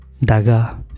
daga